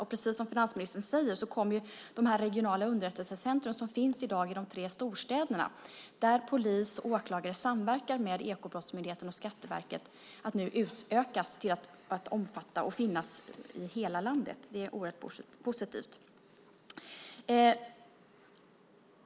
Och precis som finansministern säger kommer de regionala underrättelsecentrum som i dag finns i de tre storstäderna, där polis och åklagare samverkar med Ekobrottsmyndigheten och Skatteverket, att utökas till att omfatta och finnas i hela landet.